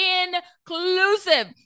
inclusive